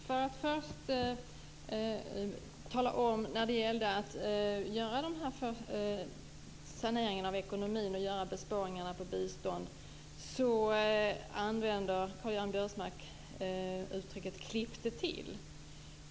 Fru talman! När Karl-Göran Biörsmark talade om saneringen av ekonomin och besparingarna på biståndet använde han uttrycket "klippte till".